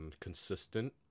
consistent